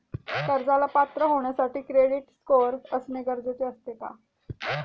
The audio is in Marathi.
कर्जाला पात्र होण्यासाठी क्रेडिट स्कोअर असणे गरजेचे असते का?